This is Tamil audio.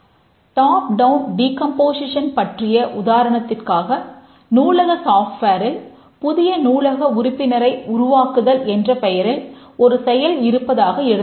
டாப் டவுன் டீகம்போசிஷன் புதிய நூலக உறுப்பினரை உருவாக்குதல் என்ற பெயரில் ஒரு செயல் இருப்பதாக எடுத்துக்கொள்வோம்